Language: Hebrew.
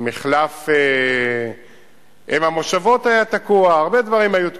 מחלף אם-המושבות היה תקוע, הרבה דברים היו תקועים.